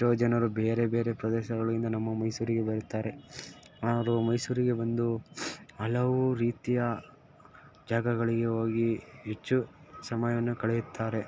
ಎಷ್ಟೋ ಜನರು ಬೇರೆ ಬೇರೆ ಪ್ರದೇಶಗಳಿಂದ ನಮ್ಮ ಮೈಸೂರಿಗೆ ಬರುತ್ತಾರೆ ಹಾಗೂ ಮೈಸೂರಿಗೆ ಬಂದು ಹಲವು ರೀತಿಯ ಜಾಗಗಳಿಗೆ ಹೋಗಿ ಹೆಚ್ಚು ಸಮಯವನ್ನು ಕಳೆಯುತ್ತಾರೆ